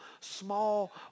small